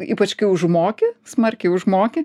ypač kai užmoki smarkiai užmoki